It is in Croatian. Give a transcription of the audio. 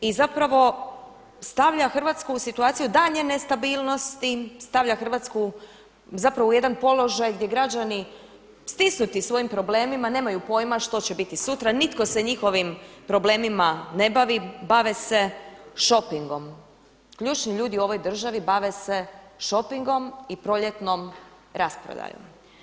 I zapravo stavlja Hrvatsku u situaciju daljnje nestabilnosti, stavlja Hrvatsku zapravo u jedan položaj gdje građani stisnuti svojim problemima nemaju pojma što će biti sutra, nitko se njihovim problemima ne bavi, bave se šopingom, ključni ljudi u ovoj državi bave se šopingom i proljetnom rasprodajom.